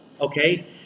okay